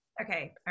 Okay